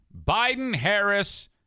Biden-Harris